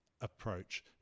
approach